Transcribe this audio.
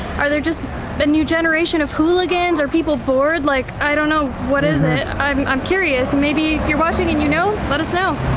are there just a new generation of hooligans? are people bored? like, i don't know what is it? i'm i'm curious. maybe if you're watching and you know, let us know.